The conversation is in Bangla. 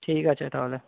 ঠিক আছে তাহলে